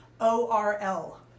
O-R-L